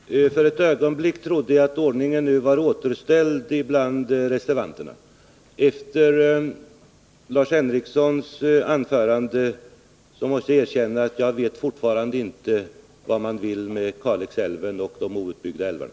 Herr talman! För ett ögonblick trodde jag att ordningen nu var återställd bland reservanterna. Efter Lars Henriksons anförande måste jag erkänna att jag fortfarande inte vet vad man vill med Kalix älv och de outbyggda älvarna.